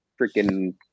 freaking